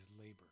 labor